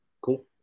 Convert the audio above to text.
Cool